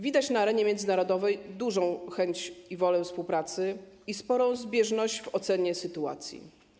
Widać na arenie międzynarodowej dużą chęć i wolę współpracy, i sporą zbieżność w ocenie sytuacji.